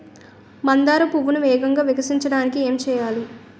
మందార పువ్వును వేగంగా వికసించడానికి ఏం చేయాలి?